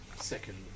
second